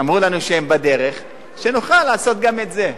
אמרו לנו שהם בדרך, שנוכל לעשות גם את זה.